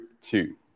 two